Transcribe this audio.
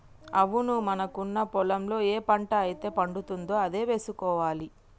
అవును మనకున్న పొలంలో ఏ పంట అయితే పండుతుందో అదే వేసుకోవాలి